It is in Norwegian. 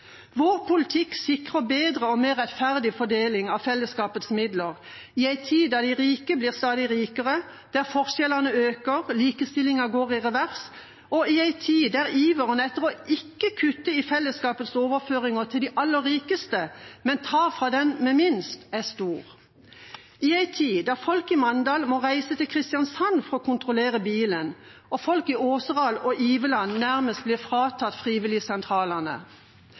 Vår politikk sikrer en bedre og mer rettferdig fordeling av fellesskapets midler i en tid da de rike blir stadig rikere, der forskjellene øker, og der likestillingen går i revers i en tid da iveren er stor etter ikke å kutte i fellesskapets overføringer til de aller rikeste, men å ta fra dem med minst i en tid da folk i Mandal må reise til Kristiansand for å kontrollere bilen og folk i Åseral og Iveland nærmest blir fratatt frivilligsentralene